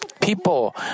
people